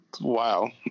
Wow